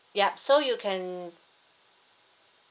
yup so you can